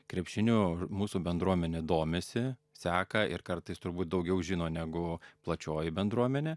krepšiniu mūsų bendruomenė domisi seka ir kartais turbūt daugiau žino negu plačioji bendruomenė